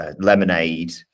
lemonade